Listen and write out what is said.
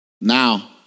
Now